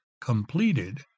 completed